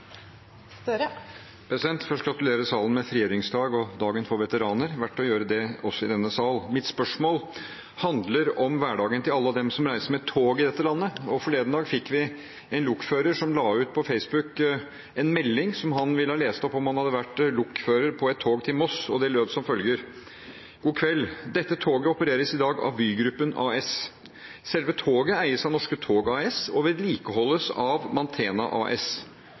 først gratulere salen med frigjøringsdagen og dagen for veteraner. Det er verdt å gjøre det også i denne sal. Mitt spørsmål handler om hverdagen til alle dem som reiser med tog i dette landet. Forleden dag la en lokfører ut en melding på Facebook som han ville ha lest opp om han hadde vært lokfører på et tog til Moss. Det lød som følger: «God kveld . Dette toget opereres i dag av Vy gruppen as. Selve toget eies av Norske Tog As og vedlikeholdes av Mantena AS.